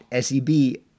SEB